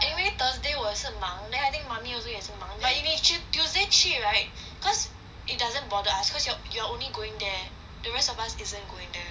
anyway thursday 我是忙 then I think mummy okay 也是忙 but you may tues~ tuesday 去 right cause it doesn't bother us so it's your you're only going there the rest of us isn't going there